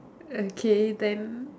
okay then